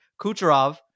Kucherov